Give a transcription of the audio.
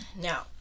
Now